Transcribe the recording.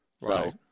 Right